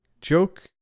joke